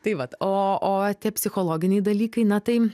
tai vat o o tie psichologiniai dalykai na tai